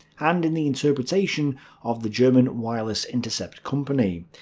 and in the interpretation of the german wireless intercept company.